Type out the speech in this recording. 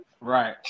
right